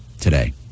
today